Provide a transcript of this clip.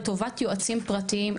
לטובת יועצים פרטיים,